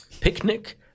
Picnic